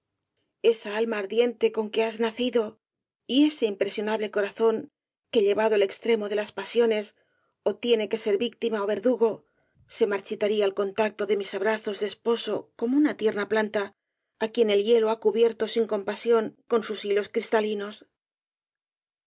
esa alma ardiente con que has nacido y ese impresionable corazón que llevado al extremo de las pasiones ó tiene que ser víctima ó verdugo se marchitaría al contacto de mis abrazos de esposo como una tierna planta á quien el hielo ha cubierto sin compasión con sus hilos cristalinos